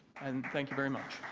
and thank you very much.